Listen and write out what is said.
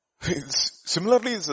similarly